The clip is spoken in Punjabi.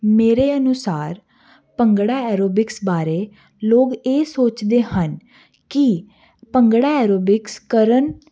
ਮੇਰੇ ਅਨੁਸਾਰ ਭੰਗੜਾ ਐਰੋਬਿਕਸ ਬਾਰੇ ਲੋਕ ਇਹ ਸੋਚਦੇ ਹਨ ਕੀ ਭੰਗੜਾ ਐਰੋਬਿਕਸ ਕਰਨ